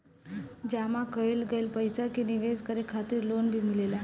जामा कईल गईल पईसा के निवेश करे खातिर लोन भी मिलेला